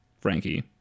frankie